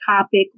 topic